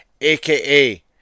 aka